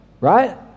right